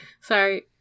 Sorry